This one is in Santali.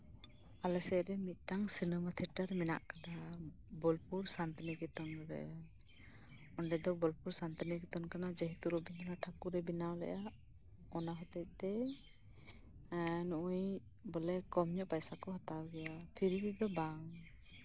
ᱟᱞᱮ ᱥᱮᱫᱨᱮ ᱢᱤᱫᱴᱟᱝ ᱥᱤᱱᱮᱢᱟ ᱦᱚᱞ ᱢᱮᱱᱟᱜᱼᱟ ᱵᱳᱞᱯᱩᱨ ᱥᱟᱱᱛᱤᱱᱤᱠᱮᱛᱚᱱ ᱨᱮ ᱚᱱᱰᱮ ᱫᱚ ᱵᱳᱞᱯᱩᱨ ᱥᱟᱱᱛᱤᱱᱤᱠᱮᱛᱚᱱ ᱠᱟᱱᱟ ᱨᱚᱵᱚᱱᱫᱚᱨᱚᱱᱟᱛᱷ ᱴᱷᱟᱹᱠᱩᱨᱮ ᱵᱮᱱᱟᱣ ᱞᱮᱫ ᱛᱟᱸᱦᱮᱫ ᱚᱱᱟ ᱠᱷᱟᱹᱛᱤᱨᱛᱮ ᱱᱩᱭ ᱵᱚᱞᱮ ᱠᱚᱢᱜᱮ ᱯᱚᱭᱥᱟ ᱠᱚ ᱦᱟᱥᱛᱟᱣ ᱜᱮᱭᱟ ᱯᱷᱤᱨᱤ ᱫᱚ ᱵᱟᱝ